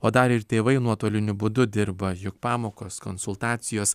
o dar ir tėvai nuotoliniu būdu dirba juk pamokos konsultacijos